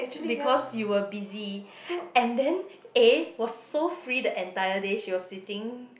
because you were busy and then A was so free the entire day she was sitting